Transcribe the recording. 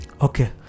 okay